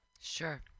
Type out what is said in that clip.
Sure